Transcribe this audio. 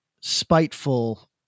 spiteful